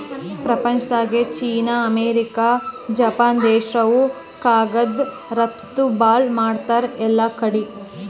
ಪ್ರಪಂಚ್ದಾಗೆ China, America, Japan ದೇಶ್ದವ್ರು ಕಾಗದ್ ರಫ್ತು ಭಾಳ್ ಮಾಡ್ತಾರ್ ಎಲ್ಲಾಕಡಿ